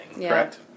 Correct